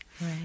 Right